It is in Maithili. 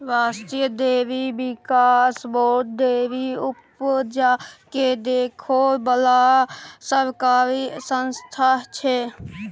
राष्ट्रीय डेयरी बिकास बोर्ड डेयरी उपजा केँ देखै बला सरकारी संस्था छै